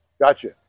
Gotcha